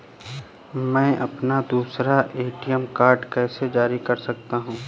मैं अपना दूसरा ए.टी.एम कार्ड कैसे जारी कर सकता हूँ?